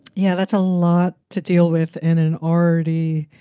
yeah, that's a lot to deal with in an already